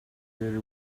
weary